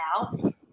out